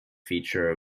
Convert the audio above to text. feature